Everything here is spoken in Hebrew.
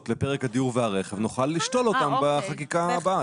לפרק הדיור והרכב נוכל לשתול אותם בחקיקה הבאה,